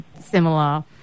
similar